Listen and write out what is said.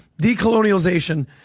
decolonialization